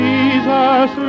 Jesus